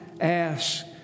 ask